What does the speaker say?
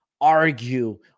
argue